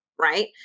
right